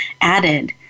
added